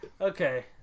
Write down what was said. okay